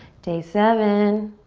day seven.